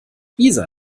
isa